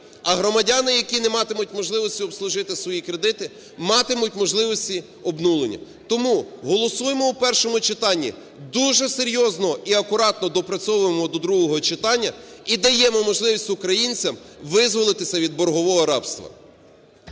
а громадяни які не матимуть можливості обслужити свої кредити, матимуть можливості обнуління. Тому голосуємо в першому читанні, дуже серйозно і акуратно доопрацьовуємо до другого читання і даємо можливість українцям визволитися від боргового рабства.